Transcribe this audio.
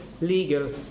legal